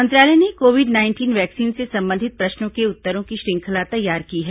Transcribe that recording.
मंत्रालय ने covid nineteen vaccine से संबंधित प्रश्नों के उत्तरों की श्रृंखला तैयार की है